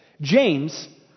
James